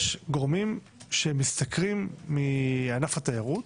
יש גורמים שמשתכרים מענף התיירות